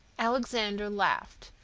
alexander laughed.